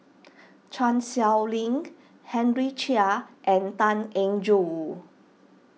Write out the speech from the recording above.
Chan Sow Lin Henry Chia and Tan Eng Joo